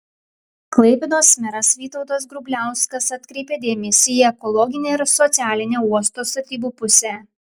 klaipėdos meras vytautas grubliauskas atkreipė dėmesį į ekologinę ir socialinę uosto statybų pusę